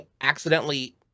accidentally